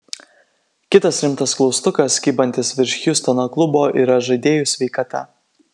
kitas rimtas klaustukas kybantis virš hjustono klubo yra žaidėjų sveikata